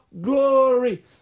glory